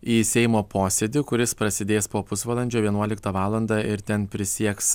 į seimo posėdį kuris prasidės po pusvalandžio vienuoliktą valandą ir ten prisieks